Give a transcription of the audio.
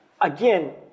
again